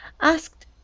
asked